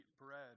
bread